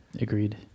Agreed